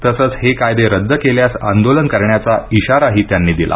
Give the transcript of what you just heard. तसंच हे कायदे रद्द केल्यास आंदोलन करण्याचा इशाराही त्यांनी दिला